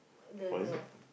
the the